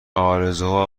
آرزوها